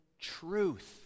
truth